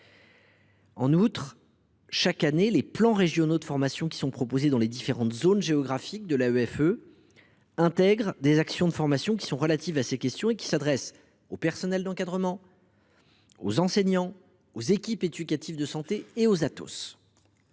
Enfin, chaque année, les plans régionaux de formation qui sont proposés dans les différentes zones géographiques de l’AEFE intègrent des actions de formation relatives à ces questions, à destination du personnel d’encadrement, des enseignants, des équipes éducatives de santé et des